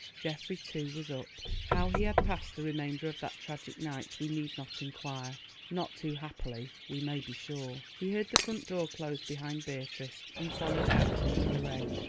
geoffrey, too, was up. how he had passed the remainder of that tragic night we need not inquire not too happily we may be sure. he heard the front door close behind beatrice, and followed out into the rain.